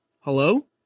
Hello